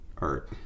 art